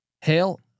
hail